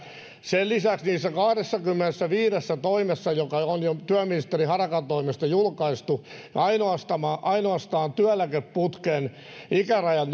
sen lisäksi niissä kahdessakymmenessäviidessä toimessa jotka on jo työministeri harakan toimesta julkaistu ainoastaan työeläkeputken ikärajan